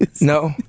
No